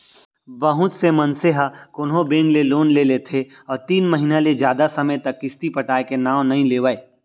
बहुत से मनसे ह कोनो बेंक ले लोन ले लेथे अउ तीन महिना ले जादा समे तक किस्ती पटाय के नांव नइ लेवय